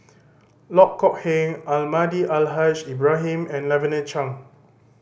Loh Kok Heng Almahdi Al Haj Ibrahim and Lavender Chang